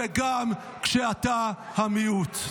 וגם כשאתה המיעוט.